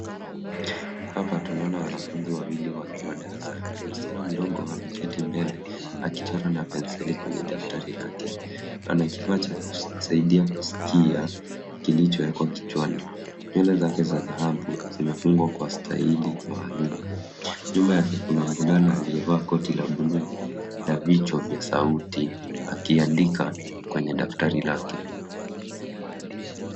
Hapa tunaona wanafunzi wawili wakiwa darasani. Msichana mdogo ameketi mbele akichora na penseli kwenye daftari lake. Ana kifaa cha kusaidia kusikia kilichowekwa kichwani. Nywele zake za dhahabu zimefungwa kwa staili maalum. Nyuma yake kuna mvulana aliyevaa koti la buluu na vichwa vya sauti akiandika kwenye daftari lake.